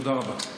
תודה רבה.